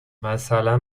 مثلا